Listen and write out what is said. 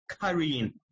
carrying